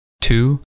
two